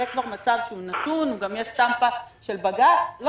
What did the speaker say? זה כבר מצב שהוא נתון וגם יש סטמפה של בג"ץ.